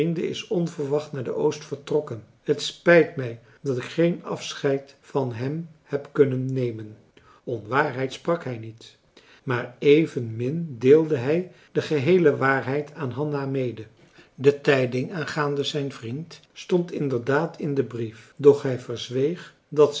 is onverwacht naar de oost vertrokken het spijt mij dat ik geen afscheid van hem heb kunnen nemen onwaarheid sprak hij niet maar evenmin deelde hij de geheele waarheid aan hanna mede de tijding aangaande zijn vriend stond inderdaad in den brief doch hij verzweeg dat